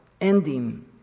ending